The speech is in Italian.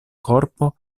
corpo